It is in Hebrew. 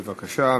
בבקשה,